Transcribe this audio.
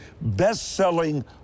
best-selling